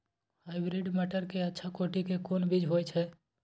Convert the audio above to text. Hybrid मटर के अच्छा कोटि के कोन बीज होय छै?